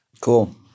Cool